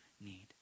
need